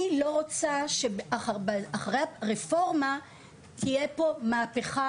אני לא רוצה שאחרי הרפורמה תהיה פה מהפכה